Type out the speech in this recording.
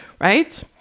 right